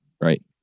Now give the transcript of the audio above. Right